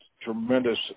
tremendous